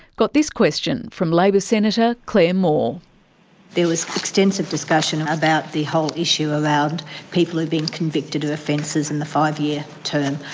got this question from labor senator claire moore there was extensive discussion about the whole issue around people who have been convicted of offences and the five-year term.